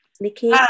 Nikki